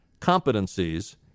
competencies